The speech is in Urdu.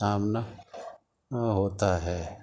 سامنا ہوتا ہے